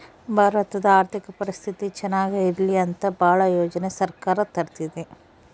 ಭಾರತದ ಆರ್ಥಿಕ ಪರಿಸ್ಥಿತಿ ಚನಾಗ ಇರ್ಲಿ ಅಂತ ಭಾಳ ಯೋಜನೆ ಸರ್ಕಾರ ತರ್ತಿದೆ